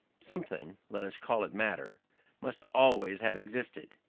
something let us call it matter must always have existed,